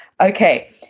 Okay